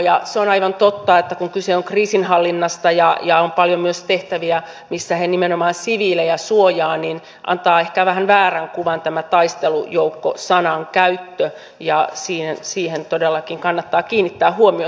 ja on aivan totta että kun kyse on kriisinhallinnasta ja on paljon myös tehtäviä missä he suojaavat nimenomaan siviilejä niin antaa ehkä väärän kuvan tämä taistelujoukko sanan käyttö ja siihen todellakin kannattaa kiinnittää huomiota